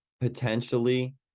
potentially